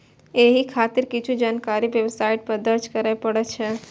एहि खातिर किछु जानकारी वेबसाइट पर दर्ज करय पड़ै छै